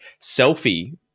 selfie